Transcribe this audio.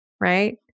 right